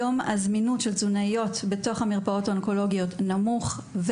היום הזמינות של תזונאיות בתוך המרפאות האונקולוגיות נמוך.